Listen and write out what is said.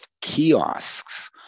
kiosks